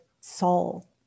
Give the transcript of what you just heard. soul